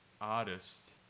artist